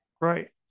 right